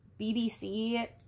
BBC